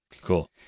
cool